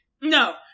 no